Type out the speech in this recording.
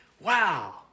Wow